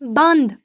بنٛد